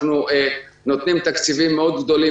אנחנו נותנים תקציבים גדולים מאוד,